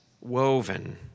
woven